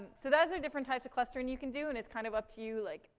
so those are different types of clustering you can do, and it's kind of up to you, like,